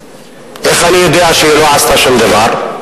איך אני יודע שהיא לא עשתה שום דבר?